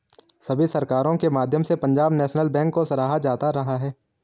सभी सरकारों के माध्यम से पंजाब नैशनल बैंक को सराहा जाता रहा है